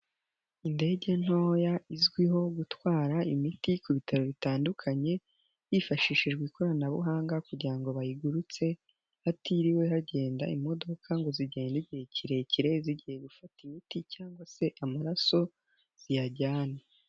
Indege ntoya izwiho gutwara imiti ku bitaro bitandukanye hifashishijwe ikoranabuhanga kugira bayigurutse hatiriwe hagenda imodoka ngo zigende igihe kirekire zigiye gufata imiti cyangwa se amaraso ziyajyana.